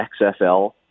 XFL